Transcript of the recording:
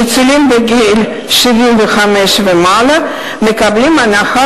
ניצולים מגיל 75 ומעלה מקבלים הנחה